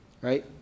right